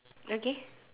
okay